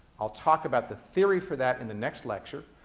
i'll talk about the theory for that in the next lecture,